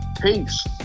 Peace